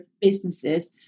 businesses